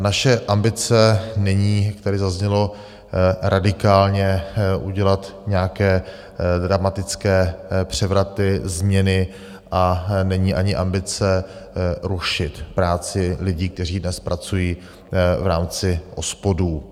Naše ambice není, tady zaznělo radikálně, udělat nějaké dramatické převraty, změny, a není ani ambice rušit práci lidí, kteří dnes pracují v rámci OSPODů.